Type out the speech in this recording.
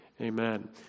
Amen